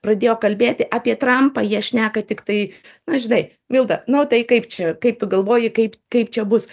pradėjo kalbėti apie trampą jie šneka tiktai na žinai milda nu tai kaip čia kaip tu galvoji kaip kaip čia bus